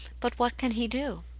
but what can he do?